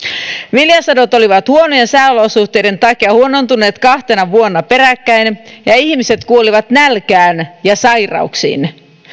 viljasadot olivat huonoja ja sääolosuhteiden takia huonontuneet kahtena vuonna peräkkäin ja ja ihmiset kuolivat nälkään ja sairauksiin